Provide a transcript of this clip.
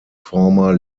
former